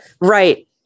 Right